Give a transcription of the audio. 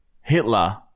Hitler